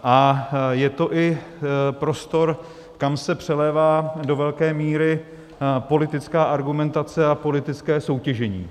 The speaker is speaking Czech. A je to i prostor, kam se přelévá do velké míry politická argumentace a politické soutěžení.